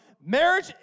marriage